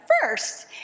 first